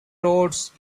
roads